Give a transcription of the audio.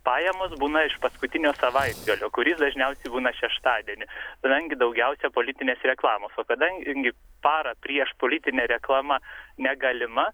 pajamos būna iš paskutinio savaitgalio kuris dažniausiai būna šeštadienį kadangi daugiausia politinės reklamos o kadangi parą prieš politine reklama negalima